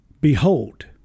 Behold